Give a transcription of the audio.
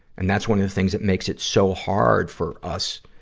and that's one of the things that makes it so hard for us